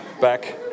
back